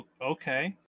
okay